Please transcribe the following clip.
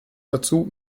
dazu